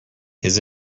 his